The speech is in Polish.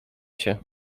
się